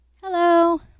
hello